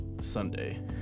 sunday